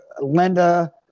Linda